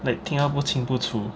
like 听他不清不楚